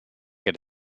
get